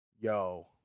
Yo